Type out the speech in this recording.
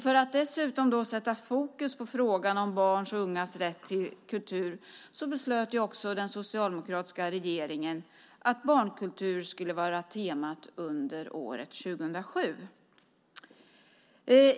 För att dessutom sätta fokus på frågan om barns och ungas rätt till kultur beslöt också den socialdemokratiska regeringen att barnkultur skulle vara temat under år 2007.